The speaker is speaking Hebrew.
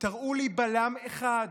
תראו לי בלם אחד,